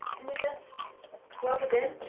and you just pluck it in,